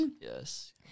yes